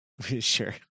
Sure